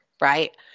right